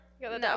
No